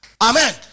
Amen